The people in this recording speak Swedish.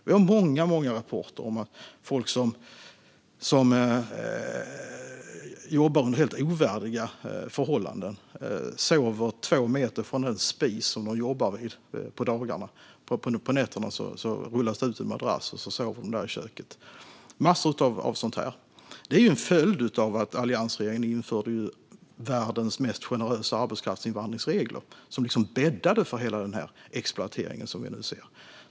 Det finns väldigt många rapporter om folk som jobbar under helt ovärdiga förhållanden. Man sover två meter från den spis som man jobbar vid på dagarna. På nätterna rullas det ut en madrass, och man sover där i köket. Det finns massor av sådant. Det är en följd av att alliansregeringen införde världens mest generösa arbetskraftsinvandringsregler, som bäddade för hela den exploatering som vi nu ser.